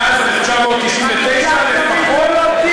מאז 1999 לפחות.